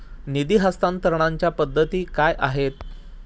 निधी हस्तांतरणाच्या पद्धती काय आहेत?